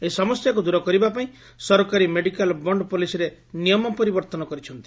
ଏହି ସମସ୍ୟାକୁ ଦୂର କରିବା ପାଇଁ ସରକାରୀ ମେଡିକାଲ ବଣ୍ଡ ପଲିସିରେ ନିୟମ ପରିବର୍ତ୍ତନ କରିଛନ୍ତି